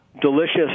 Delicious